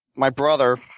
my brother,